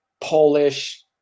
polish